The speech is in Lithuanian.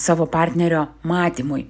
savo partnerio matymui